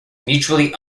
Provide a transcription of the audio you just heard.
mutually